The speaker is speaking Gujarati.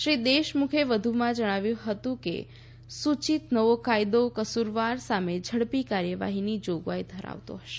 શ્રી દેશમુખે વધુમાં જણાવ્યું હતું કે સૂચિત નવો કાયદો કસૂરવાર સામે ઝડપી કાર્યવાહીની જોગવાઈ ધરાવતો હશે